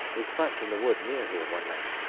we slept in the wood near here one night,